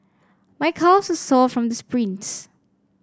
my calves sore from the sprints